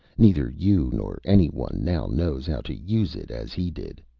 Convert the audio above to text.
neither you nor anyone now knows how to use it as he did.